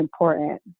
important